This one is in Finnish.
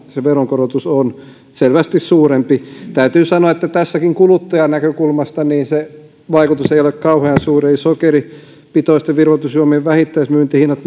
se veronkorotus on selvästi suurempi täytyy sanoa että kuluttajan näkökulmasta se vaikutus ei ole kauhean suuri sokeripitoisten virvoitusjuomien vähittäismyyntihinnat